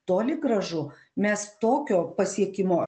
toli gražu mes tokio pasiekimo